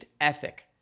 ethic